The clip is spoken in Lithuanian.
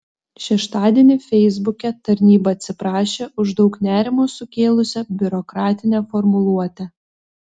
šeštadienį feisbuke tarnyba atsiprašė už daug nerimo sukėlusią biurokratinę formuluotę